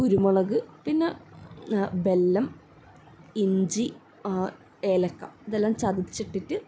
കുരുമുളക് പിന്നെ വെല്ലം ഇഞ്ചി ഏലക്ക ഇതെല്ലം ചതച്ചിട്ടിട്ട്